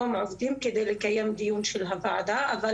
כך שכל הסמכות נמצאת באוצר, לא